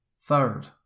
Third